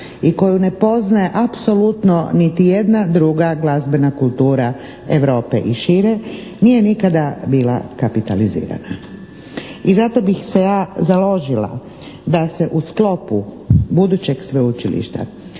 i koju ne poznaje apsolutno niti jedna druga glazbena kultura Europe i šire nije nikada bila kapitalizirana. I zato bih se ja založila da se u sklopu budućeg sveučilišta